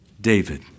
David